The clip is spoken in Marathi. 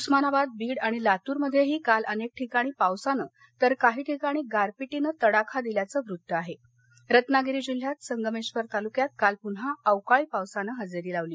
उस्मानाबाद बीड आणि लातूर मध्यहीीकाल अनक्विठिकाणी पावसानं तर काही ठिकाणी गारपिटीनं तडाखा दिल्याचं वृत्त आह उत्नागिरी जिल्ह्यात संगमध्ये तालुक्यात काल पुन्हा अवकाळी पावसानं हजरीीलावली